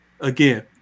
again –